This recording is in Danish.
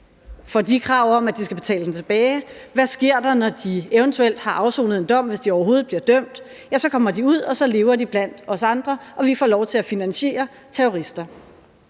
været væk, om, at de skal betale den tilbage? Hvad sker der, når de eventuelt har afsonet en dom, hvis de overhovedet bliver dømt? Ja, så kommer de ud, og så lever de blandt os andre, og vi får lov til at finansiere terrorister.